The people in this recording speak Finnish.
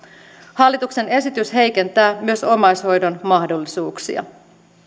hallituksen esitys heikentää myös omaishoidon mahdollisuuksia